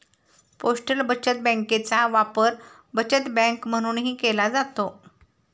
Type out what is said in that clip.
postal बचत बँकेचा वापर बचत बँक म्हणूनही केला जातो